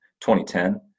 2010